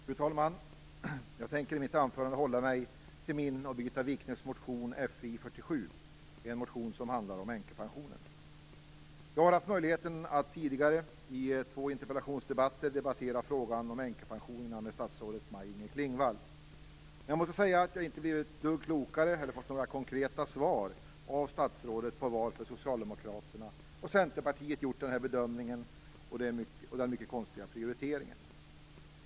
Fru talman! Jag tänker i mitt anförande hålla mig till min och Birgitta Wichnes motion Fi47, en motion som handlar om änkepensionen. Jag har haft möjligheten att tidigare i två interpellationsdebatter diskutera frågan om änkepensionerna med statsrådet Maj-Inger Klingvall. Jag måste säga att jag inte blivit ett dugg klokare eller fått några konkreta svar från statsrådet på frågan varför Socialdemokraterna och Centerpartiet har gjort den här bedömningen och den mycket konstiga prioriteringen.